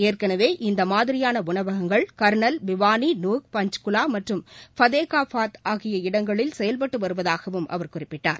ஏற்கனவே இம்மாதிரியான உணவகங்கள் கர்ணல் பிவானி நாக் பன்ஜ்குலா மற்றும் ஃபத்தேகா பாத் ஆகிய இடங்களில் செயல்பட்டு வருவதாகவும் அவர் குறிப்பிட்டார்